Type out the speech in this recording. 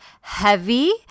heavy